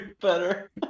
better